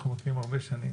אנחנו מכירים כבר הרבה שנים.